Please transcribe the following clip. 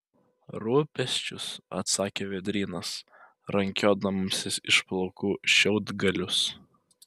rūpesčius atsakė vėdrynas rankiodamasis iš plaukų šiaudgalius